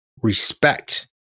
respect